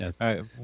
yes